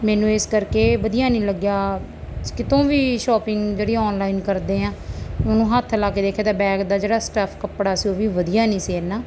ਮੈਨੂੰ ਇਸ ਕਰਕੇ ਵਧੀਆ ਨਹੀਂ ਲੱਗਿਆ ਕਿਤੋਂ ਵੀ ਸ਼ੋਪਿੰਗ ਜਿਹੜੀ ਔਨਲਾਈਨ ਕਰਦੇ ਹਾਂ ਉਹਨੂੰ ਹੱਥ ਲਾ ਕੇ ਦੇਖਿਆ ਤਾਂ ਬੈਗ ਦਾ ਜਿਹੜਾ ਸਟਫ ਕੱਪੜਾ ਸੀ ਉਹ ਵੀ ਵਧੀਆ ਨਹੀਂ ਸੀ ਇੰਨਾ